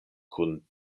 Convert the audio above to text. kun